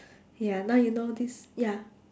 ya now you know this ya